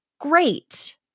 great